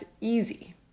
easy